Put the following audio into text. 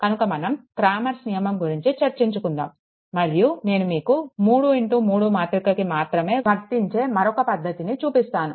కనుక మనం క్రామర్స్ నియమంCramer's rule గురించి చర్చించుకుందాం మరియు నేను మీకు 33 మాతృకకి మాత్రమే వర్తించే మరొక పద్దతిని చూపిస్తాను